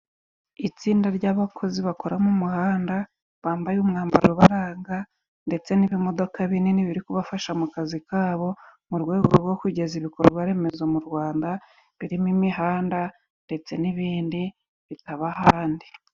Itsinda ry'abakozi bakora mu muhanda, bambaye umwambaro ubaranga ndetse n'ibimodoka binini biri kubafasha mu kazi kabo, mu rwego rwo kugeza ibikorwaremezo mu rwanda birimo imihanda ndetse n'ibindi bitaba ahandi.